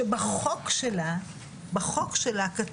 שבחוק שלה כתוב